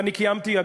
ואני קיימתי,